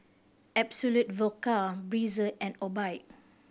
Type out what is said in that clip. Absolut Vodka Breezer and Obike